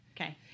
okay